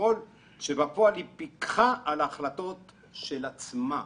ככל שבפועל היא פיקחה על ההחלטות של עצמה.